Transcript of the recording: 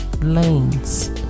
Lanes